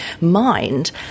mind